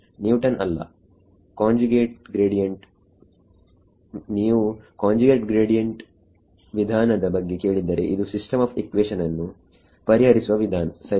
Newton ಅಲ್ಲ conjugate gradient ನೀವು conjugate gradient ವಿಧಾನದ ಬಗ್ಗೆ ಕೇಳಿದ್ದರೆ ಇದು ಸಿಸ್ಟಮ್ ಆಫ್ ಇಕ್ವೇಷನ್ ಅನ್ನು ಪರಿಹರಿಸುವ ವಿಧಾನ ಸರಿಯೇ